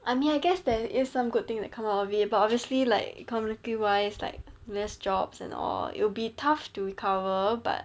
I mean I guess there is some good thing that come out of it but obviously like economically wise like less jobs and or it'll be tough to recover but